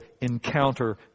encounter